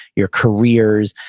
your careers,